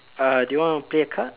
uh do you want to play a card